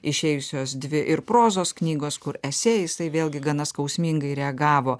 išėjusios dvi ir prozos knygos kur esė jisai vėlgi gana skausmingai reagavo